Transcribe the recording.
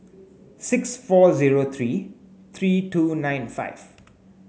six four zero three three two nine five